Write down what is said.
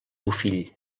bofill